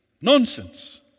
nonsense